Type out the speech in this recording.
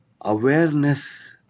awareness